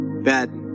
bad